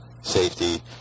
safety